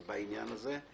בעניין הזה.